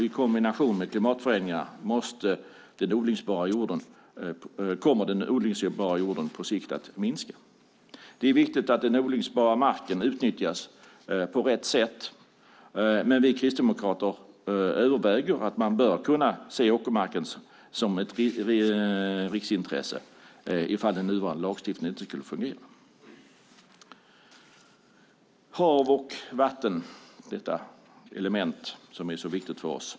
I kombination med klimatförändringarna kommer arealen odlingsbar jord på sikt att minska. Det är viktigt att den odlingsbara marken utnyttjas på rätt sätt. Vi kristdemokrater överväger att förespråka att åkermarken bör kunna ses som ett riksintresse ifall nuvarande lagstiftning inte skulle fungera. Sedan har vi hav och vatten - detta element som är så viktigt för oss.